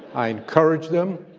i encouraged them.